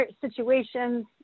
Situations